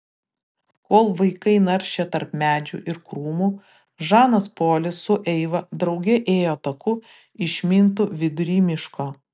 kol vaikai naršė tarp medžių ir krūmų žanas polis su eiva drauge ėjo taku išmintu vidury miško